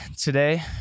today